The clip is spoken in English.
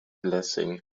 blessing